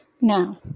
Now